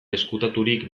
ezkutaturik